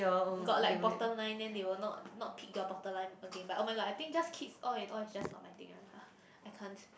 got like bottom line then they will not not pick your bottom line again but oh-my-god I think just kids all in all is just not my thing ah I can't